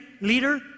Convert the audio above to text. leader